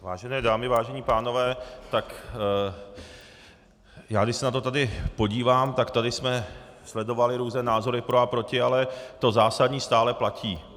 Vážené dámy, vážení pánové, tak když se na to tady podívám, tak tady jsme sledovali různé názory pro a proti, ale to zásadní stále platí.